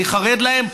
אני חרד להם,